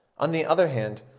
on the other hand,